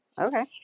Okay